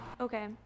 Okay